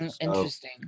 Interesting